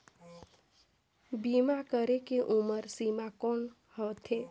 बीमा करे के उम्र सीमा कौन होथे?